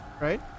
right